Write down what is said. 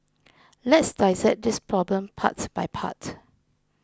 let's dissect this problem part by part